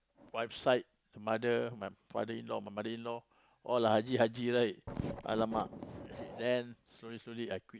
wife side mother my father in-law my mother in-law all ah haji haji right alamak then slowly slowly I quit